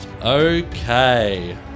Okay